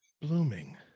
blooming